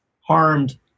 harmed